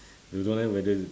don't know leh whether to